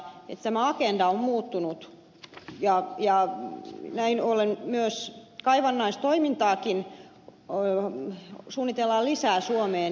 tämä agenda on muuttunut ja näin ollen myös kaivannaistoimintaakin suunnitellaan lisää suomeen